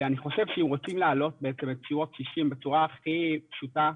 אני חושב שאם רוצים להעלות בעצם את סיוע הקשישים בצורה הכי פשוטה,